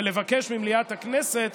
ולבקש ממליאת הכנסת